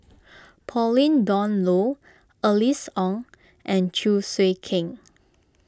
Pauline Dawn Loh Alice Ong and Chew Swee Kee